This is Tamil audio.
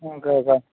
ஓகேக்கா